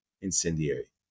incendiary